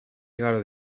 igaro